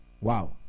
Wow